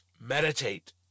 meditate